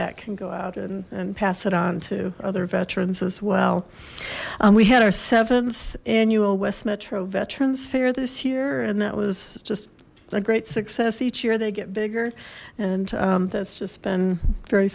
that can go out and pass it on to other veterans as well we had our seventh annual west metro veterans fair this year and that was just a great success each year they get bigger and that's just been very